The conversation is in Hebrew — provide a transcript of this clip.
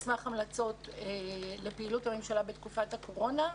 מסמך המלצות לפעילות הממשלה בתקופות הקורונה.